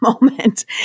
moment